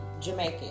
Jamaican